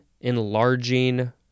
enlarging